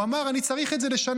הוא אמר: אני צריך את זה לשנה,